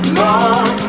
love